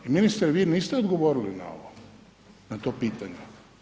I ministre vi niste odgovorili na ovo, na to pitanje.